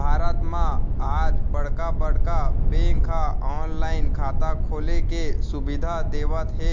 भारत म आज बड़का बड़का बेंक ह ऑनलाइन खाता खोले के सुबिधा देवत हे